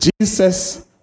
Jesus